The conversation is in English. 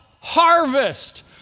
harvest